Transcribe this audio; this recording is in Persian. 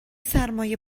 سرمای